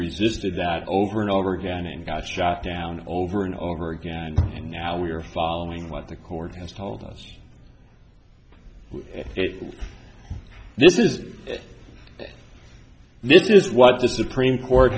resisted that over and over again and got shot down over and over again and now we are following what the court has told us it this is this is what the supreme court